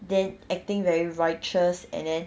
then acting very righteous and then